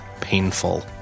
painful